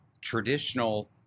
traditional